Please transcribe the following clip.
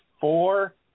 four